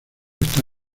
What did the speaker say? está